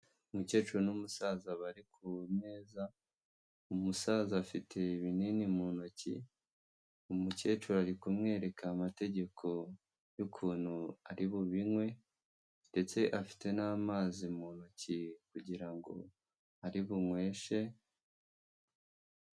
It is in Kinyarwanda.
Umukecuru n'umusaza bari ku meza umusaza afite ibinini mu ntoki, umukecuru ari kumwereka amategeko y'ukuntu ari bubinywe ndetse afite n'amazi mu ntoki kugira ngo ari bunyweshe.